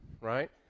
Right